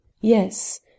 yes